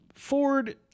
Ford